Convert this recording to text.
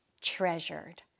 treasured